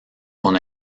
con